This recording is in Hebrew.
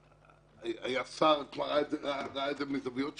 היה שר וכבר ראה את זה מזוויות שונות,